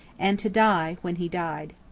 and to die when he died.